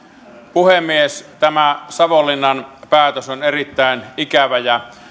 puhemies tämä savonlinnan päätös on erittäin ikävä ja